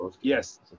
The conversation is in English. Yes